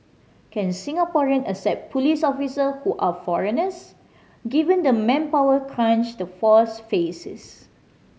can Singaporean accept police officer who are foreigners given the manpower crunch the force faces